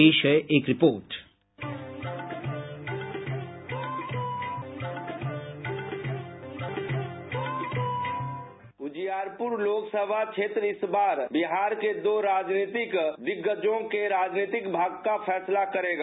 पेश है एक रिपोर्ट बाईट उजियारपुर लोकसभा क्षेत्र इस बार बिहार के दो राजनीतिक दिग्गजों के राजनीतिक भाग्य का फैसला करेगा